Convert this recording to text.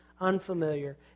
unfamiliar